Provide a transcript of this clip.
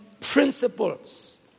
principles